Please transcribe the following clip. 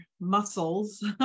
muscles